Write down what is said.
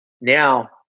Now